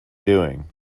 doing